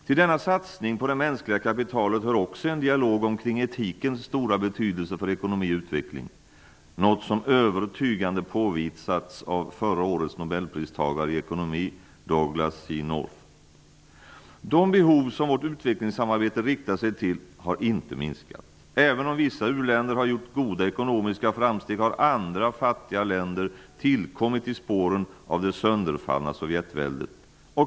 Till denna satsning på det mänskliga kapitalet hör också en dialog kring etikens stora betydelse för ekonomi och utveckling, något som övertygande påvisats av förra årets nobelpristagare i ekonomi, De behov som vårt utvecklingssamarbete riktar sig till har inte minskat. Även om vissa u-länder har gjort goda ekonomiska framsteg har andra, fattiga, länder tillkommit i spåren av det sönderfallna Sovjetväldet.